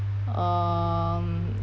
um